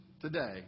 today